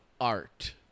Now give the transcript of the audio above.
art